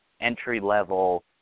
entry-level